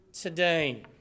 today